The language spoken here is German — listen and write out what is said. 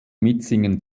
mitsingen